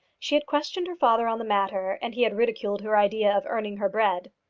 she had questioned her father on the matter, and he had ridiculed her idea of earning her bread.